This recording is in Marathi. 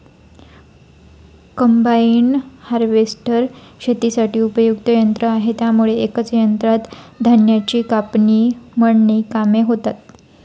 कम्बाईन हार्वेस्टर शेतीसाठी उपयुक्त यंत्र आहे त्यामुळे एकाच यंत्रात धान्याची कापणी, मळणी कामे होतात